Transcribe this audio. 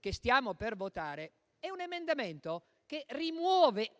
che stiamo per votare rimuove